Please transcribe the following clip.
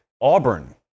Auburn